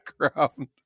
background